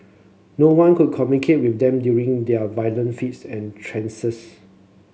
no one could communicate with them during their violent fits and trances